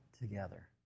together